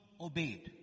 obeyed